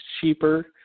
cheaper